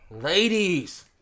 Ladies